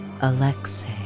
Alexei